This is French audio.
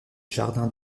jardin